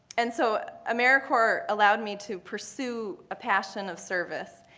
and so americorps allowed me to pursue a passion of service.